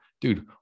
dude